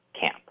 camp